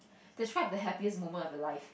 describe the happiest moment of your life